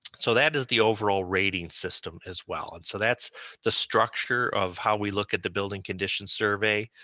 so that is the overall rating system as well, and so that's the structure of how we look at the building condition survey.